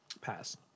Pass